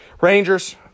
Rangers